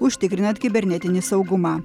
užtikrinant kibernetinį saugumą